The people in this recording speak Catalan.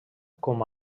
com